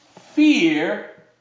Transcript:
fear